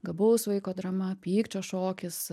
gabaus vaiko drama pykčio šokis